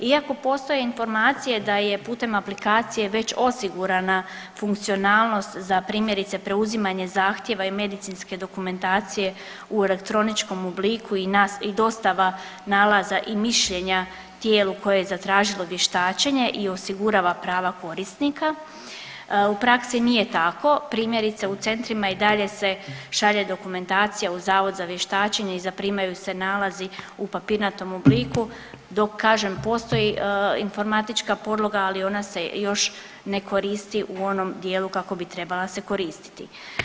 Iako postoje informacije da je putem aplikacije već osigurana funkcionalnost za primjerice, preuzimanje zahtjeva i medicinske dokumentacije u elektroničkom obliku i .../nerazumljivo/... i dostava nalaza i mišljenja tijelu koje je zatražilo vještačenje i osigurava prava korisnika, u praksi nije tako, primjerice u centrima i dalje se šalje dokumentacija u zavod za vještačenje i zaprimaju se nalazi u papirnatom obliku, dok kažem postoji informatička podloga, ali ona se još ne koristi u onom dijelu kako bi trebala se koristiti.